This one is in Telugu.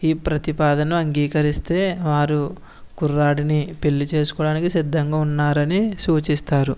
ఈ ప్రతిపాదన అంగీకరిస్తే వారు ఈ కుర్రాడిని పెళ్లి చేసుకోవడానికి సిద్ధంగా ఉన్నారని సూచిస్తారు